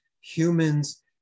humans